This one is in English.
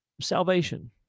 salvation